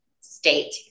state